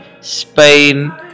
Spain